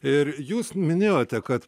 ir jūs minėjote kad